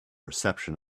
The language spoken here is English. reception